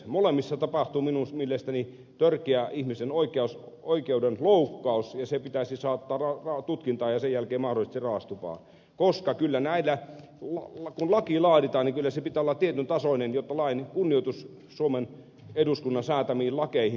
molemmissa tapahtuu minun mielestäni törkeä ihmisen oikeuden loukkaus ja se pitäisi saattaa tutkintaan ja sen jälkeen mahdollisesti raastupaan koska kun laki laaditaan niin kyllä sen pitää olla tietyn tasoinen jotta lain kunnioitus suomen eduskunnan säätämiin lakeihin säilyy